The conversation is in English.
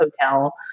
hotel